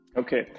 okay